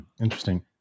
Interesting